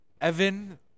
Evan